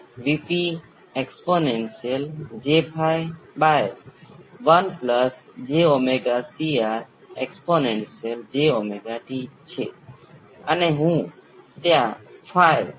હવે આ બે અલગ અલગ પ્રકારના સર્કિટ છે અને આ માત્ર બે પ્રકારના R L C સર્કિટ નથી તમે જોશો કે તમારી પાસે R L C સર્કિટ હોઈ શકે છે જે આ કેટેગરીમાં કે તે કેટેગરીમાં બંધબેસતા નથી